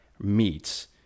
meets